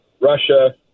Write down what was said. Russia